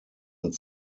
und